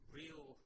real